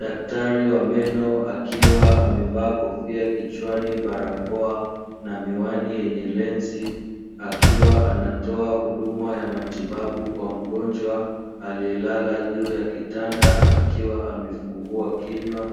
Daktari wa meno akiwa amevaa kofia kichwani, barakoa na miwani yenye lenzi, akiwa anatoa huduma ya matibabu kwa mgonjwa aliyelala juu ya kitanda, akiwa amefungua kinywa